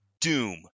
Doom